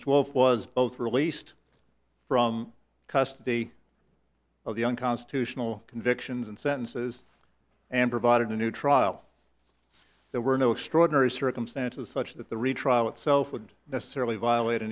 mr wolf was both released from custody of the unconstitutional convictions and sentences and provided a new trial there were no extraordinary circumstances such that the retrial itself would necessarily violate